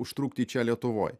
užtrukti čia lietuvoj